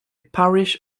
parish